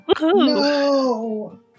No